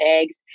eggs